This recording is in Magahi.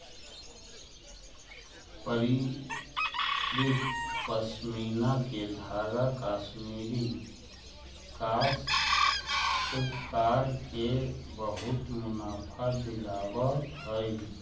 परिष्कृत पशमीना के धागा कश्मीरी काश्तकार के बहुत मुनाफा दिलावऽ हई